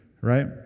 right